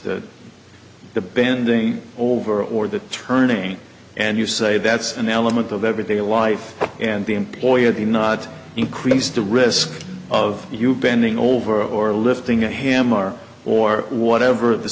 that the bending over or the turning and you say that's an element of everyday life and the employer did not increase the risk of you bending over or lifting a hammer or whatever the